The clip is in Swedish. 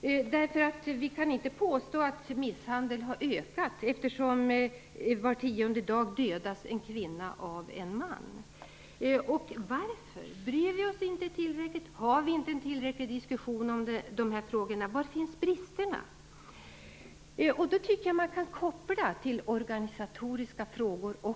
här? Vi kan inte påstå att antalet fall av misshandel har ökat. Var tionde dag dödas en kvinna av en man. Varför bryr vi oss inte tillräckligt och har en diskussion om dessa frågor? Var finns bristerna? Jag tycker att man kan koppla detta också till organisatoriska frågor.